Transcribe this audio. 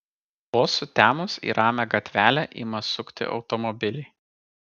vos sutemus į ramią gatvelę ima sukti automobiliai